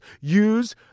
use